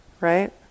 right